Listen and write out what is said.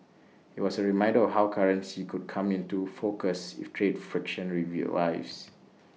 IT was A reminder of how currency could come into focus if trade friction revives